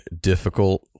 difficult